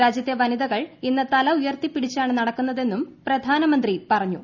രാജ്യത്തെ വനിതകൾ ഇന്ന് തല ഉയർത്തിപ്പിടിച്ചാണ് നടക്കുന്നതെന്നും പ്രധാനമന്ത്രി പറഞ്ഞു